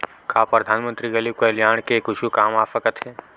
का परधानमंतरी गरीब कल्याण के कुछु काम आ सकत हे